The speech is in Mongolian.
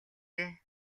дээ